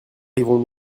arrivons